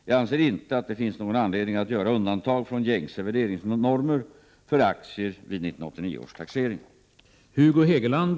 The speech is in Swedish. Jag anser inte att det finns någon anledning att göra undantag från gängse värderingsnormer för aktier vid 1989 års taxering.